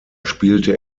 spielte